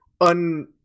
un